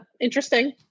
interesting